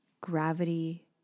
Gravity